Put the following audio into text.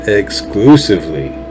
exclusively